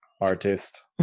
artist